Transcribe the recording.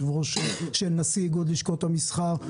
נשיא איגוד לשכות המסחר,